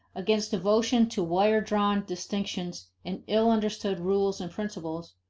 against devotion to wire-drawn distinctions and ill-understood rules and principles,